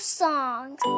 songs